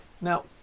Now